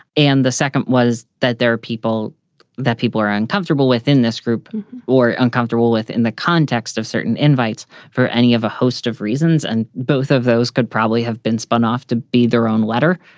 and the second was that there are people that people are uncomfortable with in this group or uncomfortable with in the context of certain invites for any of a host of reasons. and both of those could probably have been spun off to be their own letter.